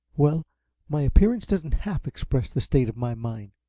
well my appearance doesn't half express the state of my mind!